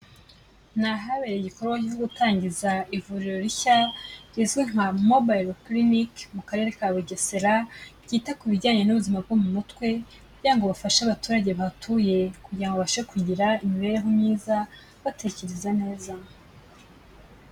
Ni ahabereye igikorwa cyo gutangiza ivuriro rishya rizwi nka mobile clinic mu Karere ka Bugesera ryita ku bijyanye n'ubuzima bwo mu mutwe kugira ngo bafashe abaturage bahatuye kugira babashe kugira imibereho myiza batekereza neza.